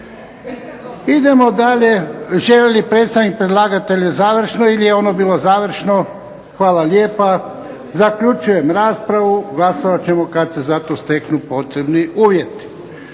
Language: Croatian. Idemo dalje. Želi predstavnik predlagatelja završno ili je ono bilo završno? Hvala lijepa. Zaključujem raspravu. Glasovat ćemo kad se za to steknu potrebni uvjeti.